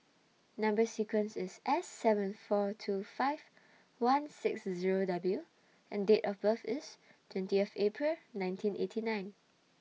Number sequence IS S seven four two five one six Zero W and Date of birth IS twentieth April nineteen eighty nine